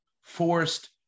forced